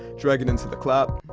bdrag it into the clap.